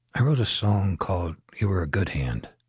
i wrote a song called, you were a good hand